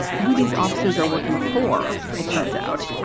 who these officers are working for. it turns out,